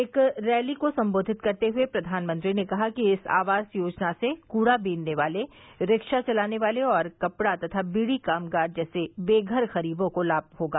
एक रैली को सम्बोधित करते हुए प्रधानमंत्री ने कहा कि इस आवास योजना से कूड़ा बीनने वाले रिक्शा चलाने वाले और कपड़ा तथा बीड़ी कामगार जैसे बेघर गरीबों को लाम होगा